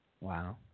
Wow